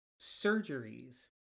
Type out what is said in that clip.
surgeries